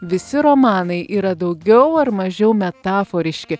visi romanai yra daugiau ar mažiau metaforiški